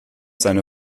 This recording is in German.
seine